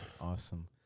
Awesome